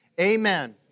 amen